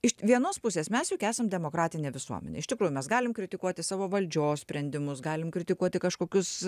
iš vienos pusės mes juk esam demokratinė visuomenė iš tikrųjų mes galim kritikuoti savo valdžios sprendimus galim kritikuoti kažkokius